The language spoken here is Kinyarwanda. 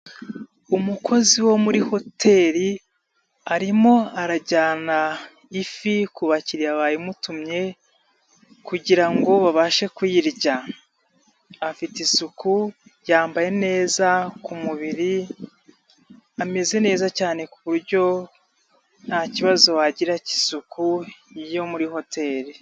Umukozi wo muri hoteli arimo arajyana ifi ku bakiriya bayimutumye kugirango babashe kuyirya, afite isuku yambaye neza ku mubiri, ameze neza cyane ku buryo ntakibazo wagira cy'isuku yo muri hoteli.